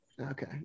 Okay